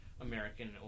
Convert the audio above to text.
American